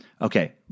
Okay